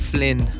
Flynn